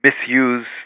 misuse